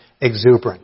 exuberant